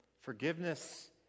Forgiveness